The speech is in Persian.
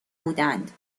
بودند